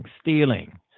stealing